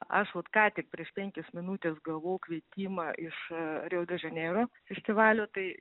aš vat ką tik prieš penkias minutes gavau kvietimą iš rio de žaneiro festivalio tai